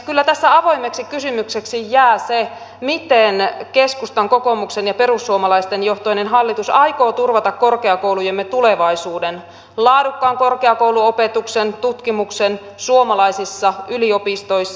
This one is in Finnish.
kyllä tässä avoimeksi kysymykseksi jää se miten keskusta kokoomus ja perussuomalaisjohtoinen hallitus aikoo turvata korkeakoulujemme tulevaisuuden laadukkaan korkeakouluopetuksen tutkimuksen suomalaisissa yliopistoissa